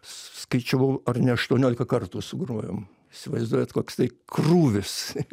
skaičiavau ar ne aštuoniolika kartų sugrojom įsivaizduojat koks tai krūvis